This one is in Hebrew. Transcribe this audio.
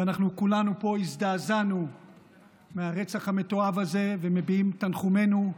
וכולנו פה הזדעזענו מהרצח המתועב הזה ומביעים תנחומינו.